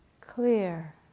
clear